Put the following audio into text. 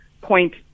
point